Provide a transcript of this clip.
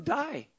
die